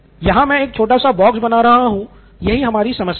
यहाँ मैं एक छोटा सा बॉक्स बना रहा हूँ और यही हमारी समस्या हैं